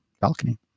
balcony